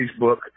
Facebook